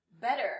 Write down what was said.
better